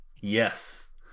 Yes